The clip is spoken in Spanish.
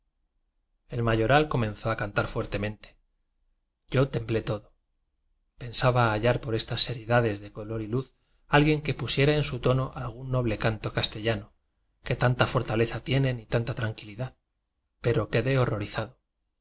el mayoral comenzó a cantar fuertemen te yo temblé todo pensaba hallar por es tas seriedades de color y luz alguien que pusiera en su voz algún noble canto caste llano que tanta fortaleza tienen y tanta tran quilidad pero quedé horrorizado